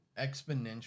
exponential